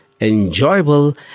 enjoyable